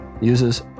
uses